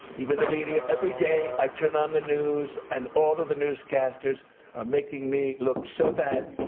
even the media. every day i turn on the news and all of the newscasters are making me look so bad.